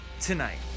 tonight